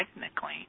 technically